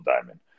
diamond